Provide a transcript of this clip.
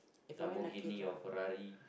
Lamborghini or Ferrari